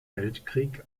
weltkrieg